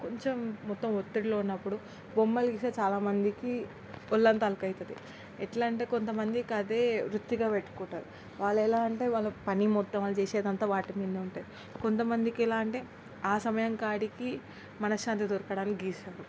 కొంచెం మొత్తం ఒత్తిడిలో ఉన్నప్పుడు బొమ్మలు గీస్తే చాలామందికి ఒళ్ళంతా తేలిక అవుతుంది ఎలా అంటే కొంతమందికి అదే వృత్తిగా పెట్టుకుంటారు వాళ్ళు ఎలా అంటే వాళ్ళు పని మొత్తం వాళ్ళు చేసేది అంతా వాటి మీదనే ఉంటుంది కొంతమందికి ఎలా అంటే ఆ సమయానికి మనసు శాంతి దొరకడానికి గీస్తారు